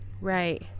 right